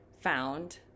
found